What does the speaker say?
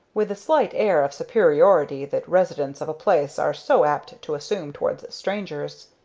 with the slight air of superiority that residents of a place are so apt to assume towards strangers.